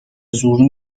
زور